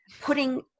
putting